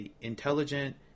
intelligent